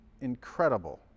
incredible